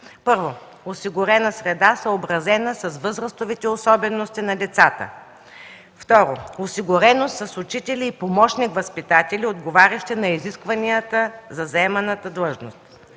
Първо, осигурена среда, съобразена с възрастовите особености на децата. Второ, осигуреност с учители и помощник-възпитатели, отговарящи на изискванията за заеманата длъжност.